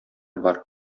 бар